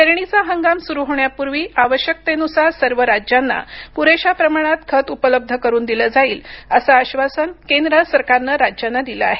पेरणीचा हंगाम सुरु होण्यापूर्वी आवश्यकतेनुसार सर्व राज्यांना पुरेशा प्रमाणात खत उपलब्ध करून दिले जाईल असं आश्वासन केंद्र सरकारनं राज्यांना दिलं आहे